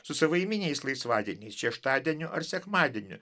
su savaiminiais laisvadieniais šeštadieniu ar sekmadienį